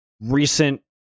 recent